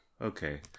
Okay